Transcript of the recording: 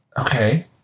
okay